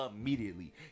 immediately